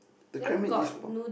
the crab meat is found